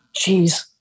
Jeez